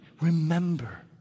remember